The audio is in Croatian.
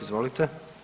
Izvolite.